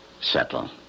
settle